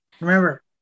remember